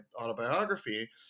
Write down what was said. autobiography